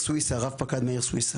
רב-פקד מאיר סוויסה.